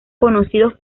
conocidos